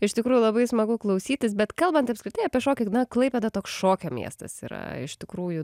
iš tikrųjų labai smagu klausytis bet kalbant apskritai apie šokį na klaipėda toks šokio miestas yra iš tikrųjų